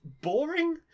boring